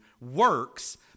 works